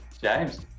James